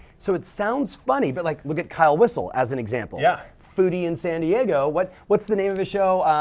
so it sounds funny, but like look at kyle whissel as an example. yeah foodie in san diego, but what's the name of his show?